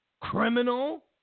criminal